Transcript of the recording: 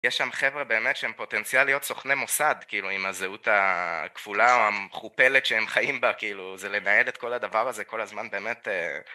יש שם חברה באמת שהן פוטנציאליות סוכני מוסד כאילו עם הזהות הכפולה או המכופלת שהם חיים בה כאילו זה לנהל את כל הדבר הזה כל הזמן באמת